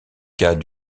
cas